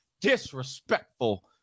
Disrespectful